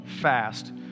fast